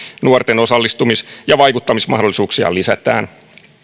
nuorten osallistumis ja vaikuttamismahdollisuuksia lisätään